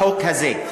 בחוק הזה.